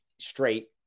straight